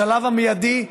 בשלב המיידי,